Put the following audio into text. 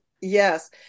Yes